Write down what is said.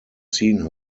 seen